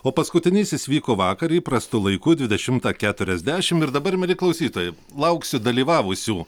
o paskutinysis vyko vakar įprastu laiku dvidešimtą keturiasdešim ir dabar mieli klausytojai lauksiu dalyvavusių